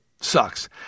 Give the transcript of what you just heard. sucks